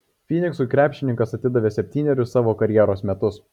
fyniksui krepšininkas atidavė septynerius savo karjeros metus